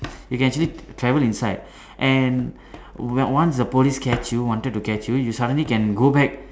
you can actually travel inside and once the police catch you wanted to catch you you suddenly can go back